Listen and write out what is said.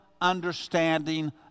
understanding